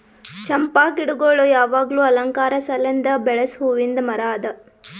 ಚಂಪಾ ಗಿಡಗೊಳ್ ಯಾವಾಗ್ಲೂ ಅಲಂಕಾರ ಸಲೆಂದ್ ಬೆಳಸ್ ಹೂವಿಂದ್ ಮರ ಅದಾ